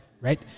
right